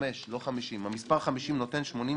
55, לא 50. המס' 50 נותן 84%,